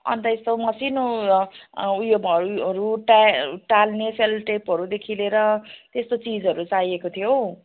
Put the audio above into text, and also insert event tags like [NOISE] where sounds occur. अनि त यस्तो मसिनो ऊ यो [UNINTELLIGIBLE] हरू टाल् टाल्ने सेलोटेपहरूदेखि लिएर त्यस्तो चिजहरू चाहिएको थियो हो